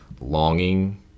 longing